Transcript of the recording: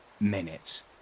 minutes